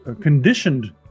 conditioned